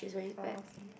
oh okay